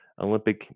Olympic